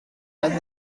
dan